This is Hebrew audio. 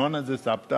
נונה זה סבתא.